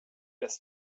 das